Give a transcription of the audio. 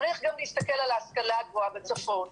צריך להסתכל גם על ההשכלה הגבוהה בצפון.